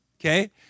Okay